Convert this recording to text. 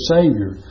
Savior